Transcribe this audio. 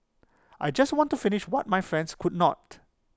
I just want to finish what my friends could not